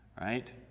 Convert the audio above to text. right